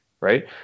right